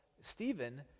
stephen